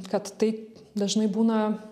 kad tai dažnai būna